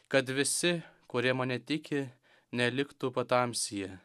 kad visi kurie mane tiki neliktų patamsyje